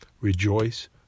Rejoice